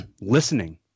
Listening